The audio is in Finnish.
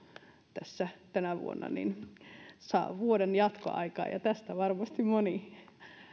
tässä tänä vuonna niin saa vuoden jatkoaikaa ja tästä varmasti moni